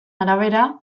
arabera